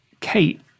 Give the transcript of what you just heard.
Kate